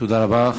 תודה רבה.